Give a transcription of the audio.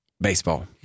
baseball